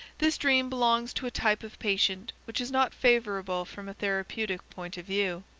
this dream belongs to a type of patient which is not favorable from a therapeutic point of view.